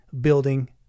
building